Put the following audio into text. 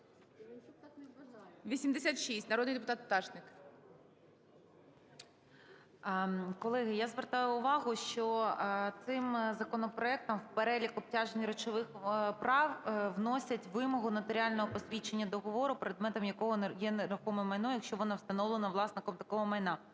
86, народний депутат Пташник. 13:25:42 ПТАШНИК В.Ю. Колеги, я звертаю увагу, що цим законопроектом в перелік обтяжень речових прав вносять вимогу нотаріального посвідчення договору, предметом якого є нерухоме майно, якщо воно встановлено власником такого майна.